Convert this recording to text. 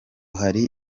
hari